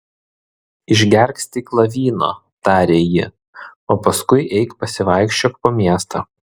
išgerk stiklą vyno tarė ji o paskui eik pasivaikščiok po miestą